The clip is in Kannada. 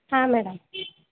ಹಾಂ ಮೇಡಮ್